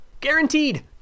Guaranteed